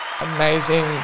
Amazing